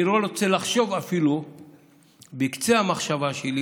אני לא רוצה לחשוב אפילו בקצה המחשבה שלי